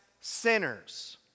sinners